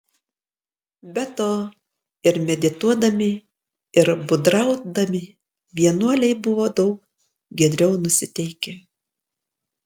be to ir medituodami ir būdraudami vienuoliai buvo daug giedriau nusiteikę